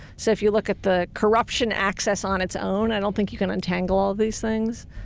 so if you look at the corruption access on its own i don't think you can untangle all these things.